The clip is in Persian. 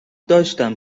داشتم